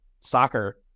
soccer